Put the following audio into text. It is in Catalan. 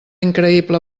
increïble